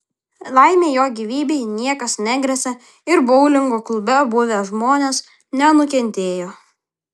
laimei jo gyvybei niekas negresia ir boulingo klube buvę žmonės nenukentėjo